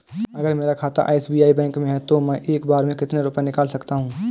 अगर मेरा खाता एस.बी.आई बैंक में है तो मैं एक बार में कितने रुपए निकाल सकता हूँ?